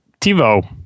TiVo